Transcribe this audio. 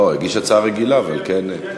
לא, הגיש הצעה רגילה, כן.